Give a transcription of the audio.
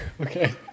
Okay